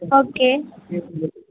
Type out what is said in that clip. okay